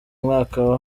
mwaka